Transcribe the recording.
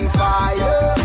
fire